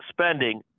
spending